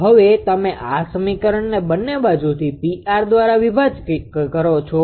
હવે તમે આ સમીકરણને બંને બાજુથી 𝑃𝑟 દ્વારા વિભાજીત કરો છો